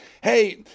hey